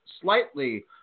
slightly